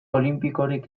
olinpikorik